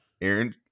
Aaron